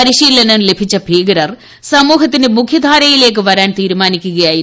പരിശീലനം ലഭിച്ച ഭീകരർ സാമൂഹത്തിന്റെ മുഖ്യധാരയിലേക്ക് വരാൻ തീരുമാനിക്കുകയായിരുന്നു